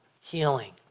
healing